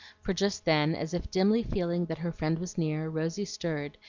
for just then, as if dimly feeling that her friend was near, rosy stirred,